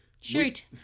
Shoot